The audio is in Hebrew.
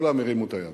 כולם הרימו את היד,